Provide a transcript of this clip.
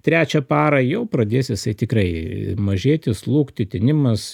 trečią parą jau pradės jisai tikrai mažėti slūgti tinimas